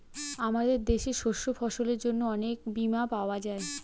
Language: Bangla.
আমাদের দেশে শস্য ফসলের জন্য অনেক বীমা পাওয়া যায়